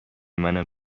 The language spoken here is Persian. منم